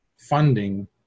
Funding